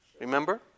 Remember